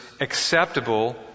acceptable